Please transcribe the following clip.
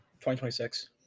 2026